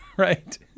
Right